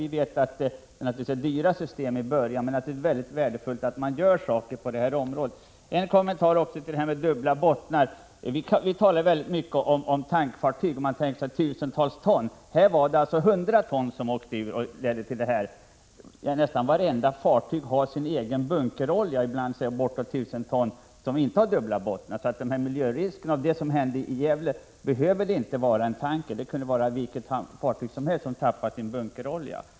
Det är naturligtvis dyra system i början, men det är mycket viktigt att man gör saker och ting på det här området. Låt mig göra en kommentar till detta med dubbla bottnar. Vi talar ofta om tankfartyg, och man tänker sig då tusentals ton olja. Här var det 100 ton olja som läckte ut och ledde till stora problem. Nästan vartenda fartyg har sin egen bunkerolja på ibland bortåt 1 000 ton. Där har man inte dubbla bottnar. Miljöriskerna finns alltså inte bara med tankbåtar. Det som hände vid Gävle kunde ha hänt med vilket fartyg som helst som tappat sin bunkerolja.